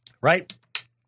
Right